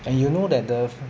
and you know that the fi~